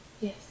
Yes